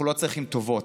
אנחנו לא צריכים טובות,